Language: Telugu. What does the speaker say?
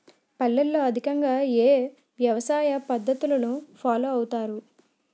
పల్లెల్లో అధికంగా ఏ వ్యవసాయ పద్ధతులను ఫాలో అవతారు?